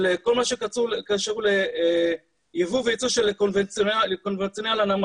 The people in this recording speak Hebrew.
כל מה שקשור ליבוא ויצוא של קונבנציונל הנמל,